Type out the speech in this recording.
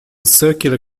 circular